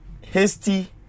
hasty